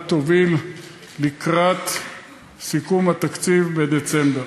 תוביל לקראת סיכום התקציב בדצמבר.